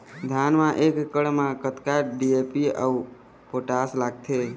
धान म एक एकड़ म कतका डी.ए.पी अऊ पोटास लगथे?